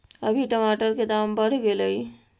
अभी टमाटर के दाम बढ़ गेलइ